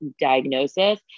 diagnosis